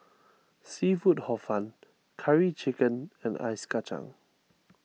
Seafood Hor Fun Curry Chicken and Ice Kacang